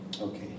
Okay